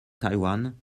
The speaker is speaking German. taiwan